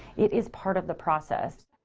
it is part of the process,